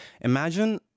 Imagine